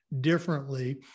Differently